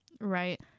Right